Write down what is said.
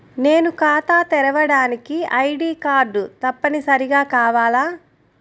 నేను ఖాతా తెరవడానికి ఐ.డీ కార్డు తప్పనిసారిగా కావాలా?